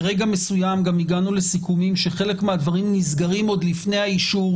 ברגע מסוים גם הגענו לסיכומים שחלק מהדברים נסגרים עוד לפני האישור,